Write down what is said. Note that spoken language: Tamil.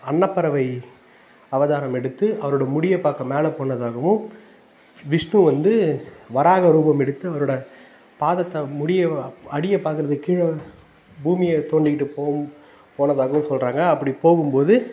அன்னப்பறவை அவதாரம் எடுத்து அவருடைய முடியை பார்க்க மேலே போனதாகவும் விஷ்ணு வந்து வராக ரூபம் எடுத்து அவரோடய பாதத்தை முடியை அடியை பார்க்குறதுக்கு கீழே பூமியை தோண்டிட்டு போகும் போனதாகவும் சொல்கிறாங்க அப்படி போகும்போது